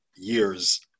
years